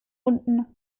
unten